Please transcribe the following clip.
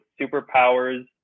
superpowers